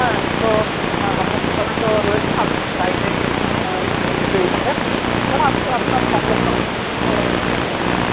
হ্যাঁ এগুলো আমার দোকানে তো রয়েছে আপনি চাইলে নিয়ে যেতেই পারেন বা আপনি আপনার সংলগ্ন কোনও বাজার থেকেও নিয়ে নিতে পারেন